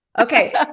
okay